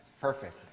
perfect